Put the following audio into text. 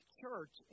church